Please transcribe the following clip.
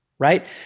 right